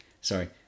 Sorry